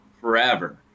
Forever